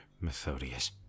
Methodius